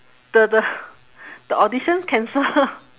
the the the audition cancel